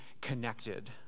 connected